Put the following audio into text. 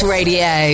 Radio